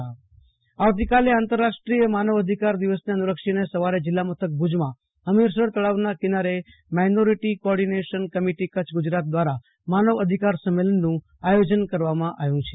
આશુતોષ અંતાણી ભુજઃ માનવ અધિકાર દીનઃ સંમેલન આવતીકાલે આંતરરાષ્ટ્રીય માનવ અધિકાર દિવસને અનુલક્ષીને સવારે જિલ્લા મથક ભુજમાં હમીરસર તળાવના કિનારે minority coordination committee Kutch Gujarat દ્વારા માનવ અધિકાર સંમેલનનું આયોજન કરવામાં આવ્યું છે